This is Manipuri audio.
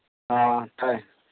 ꯑꯥ ꯇꯥꯏ